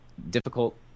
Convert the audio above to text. Difficult